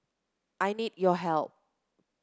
I need your help